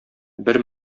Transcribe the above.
бер